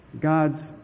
God's